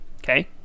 Okay